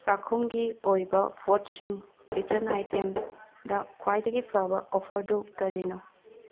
ꯆꯥꯛꯈꯨꯝꯒꯤ ꯑꯣꯏꯕ ꯄꯣꯠꯁꯤꯡ ꯀꯤꯠꯆꯟ ꯑꯥꯏꯇꯦꯝꯁꯗ ꯈ꯭ꯋꯥꯏꯗꯒꯤ ꯐꯖꯕ ꯑꯣꯐꯔ ꯑꯗꯨ ꯀꯔꯤꯅꯣ